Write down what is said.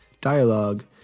Dialogue